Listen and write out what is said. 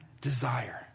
desire